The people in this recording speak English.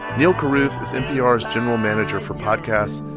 neal carruth is npr's general manager for podcasts,